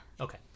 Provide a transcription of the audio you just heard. Okay